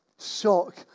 shock